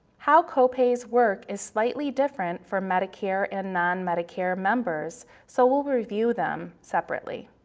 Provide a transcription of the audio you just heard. how copays work is slightly different for medicare and non-medicare members, so we'll review them separately.